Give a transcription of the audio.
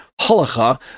halacha